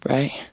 Right